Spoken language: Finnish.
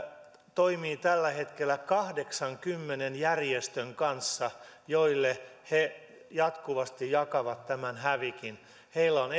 toimii tällä hetkellä kahdeksankymmenen järjestön kanssa joille he jatkuvasti jakavat tämän hävikin heillä on